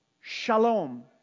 shalom